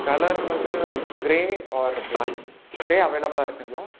colour வந்து grey or black grey அவைளபுலாக இருக்குங்களா